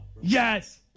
Yes